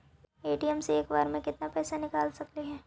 ATM से एक बार मे केत्ना पैसा निकल सकली हे?